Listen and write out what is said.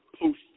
post